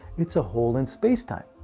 it's a hole in space time.